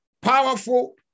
powerful